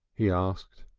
he asked.